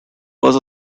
was